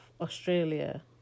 Australia